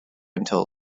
until